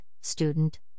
student